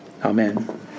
Amen